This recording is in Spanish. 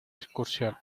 excursión